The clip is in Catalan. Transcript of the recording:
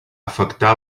afectar